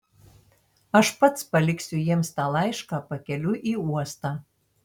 aš pats paliksiu jiems tą laišką pakeliui į uostą